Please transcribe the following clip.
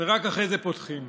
ורק אחרי זה פותחים.